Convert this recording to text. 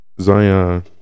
Zion